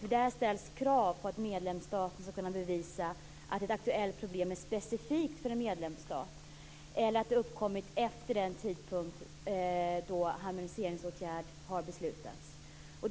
Där ställs krav på att medlemsstater ska kunna bevisa att ett aktuellt problem är specifikt för en medlemsstat eller att det uppkommit efter den tidpunkt då man beslutat om harmoniseringsåtgärd.